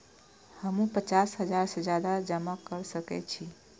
हमू पचास हजार से ज्यादा जमा कर सके छी?